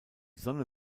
sonne